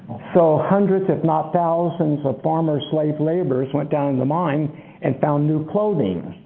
so hundreds if not thousands ah former slave laborers went down in the mine and found new clothing